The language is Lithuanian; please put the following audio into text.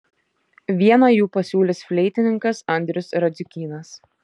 vieną jų pasiūlys fleitininkas andrius radziukynas